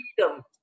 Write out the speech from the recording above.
freedom